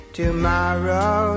tomorrow